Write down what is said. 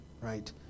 right